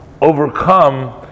overcome